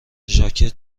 ژاکت